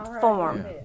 form